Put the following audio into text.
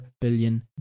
billion